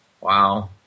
Wow